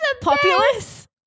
populace